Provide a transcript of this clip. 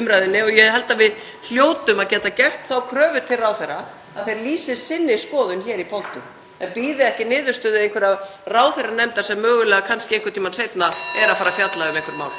umræðunni og ég held að við hljótum að geta gert þá kröfu til ráðherra að þeir lýsi sinni skoðun hér í pontu en bíði ekki niðurstöðu einhverrar ráðherranefndar sem mögulega kannski einhvern tímann seinna mun fjalla um einhver mál.